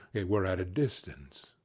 it were at a distance.